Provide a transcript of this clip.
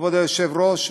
כבוד היושב-ראש,